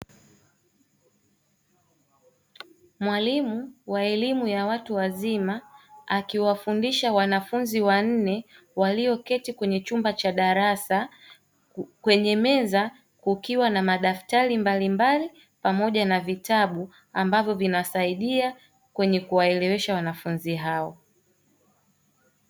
Mwalimu wa elimu ya watu wazima akiwafundisha wanafunzi wanne walioketi kwenye chumba cha darasa kwenye meza kukiwa na madaftari mbalimbali pamoja na vitabu ambavyo vinasaidia kwenye kuwaelewesha wanafunzi hao.